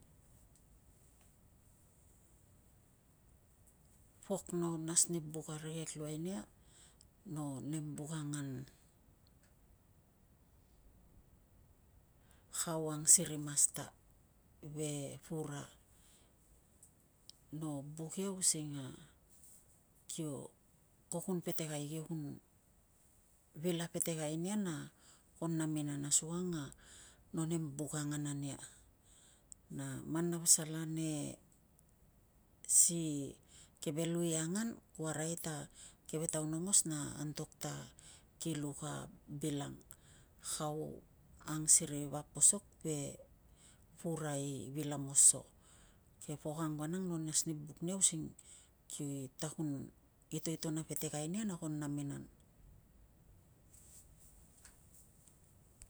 Pok no nas ani buk arikek luai nia no nem buk angan kau ang siri masta ve pura. No buk vil apetekai nia na ko naminan asukang no nem buk angan ania. Na man na pasal ane si keve lu i angan ku arai ta keve taun aungos na antok ta ki luk a bil ang kau ang siri vap posok ve pura i vil amoso, ke pok ang vanang no nas ni buk nia using kita kun itoiton a petekai nia na ko naminan.